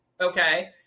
okay